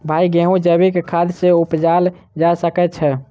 भाई गेंहूँ जैविक खाद सँ उपजाल जा सकै छैय?